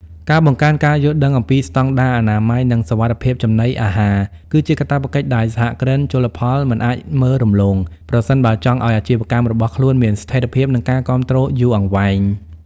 ការបង្កើនការយល់ដឹងអំពីស្តង់ដារអនាម័យ និងសុវត្ថិភាពចំណីអាហារ គឺជាកាតព្វកិច្ចដែលសហគ្រិនជលផលមិនអាចមើលរំលង ប្រសិនបើចង់ឱ្យអាជីវកម្មរបស់ខ្លួនមានស្ថិរភាព និងការគាំទ្រយូរអង្វែង។